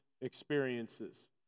experiences